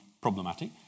problematic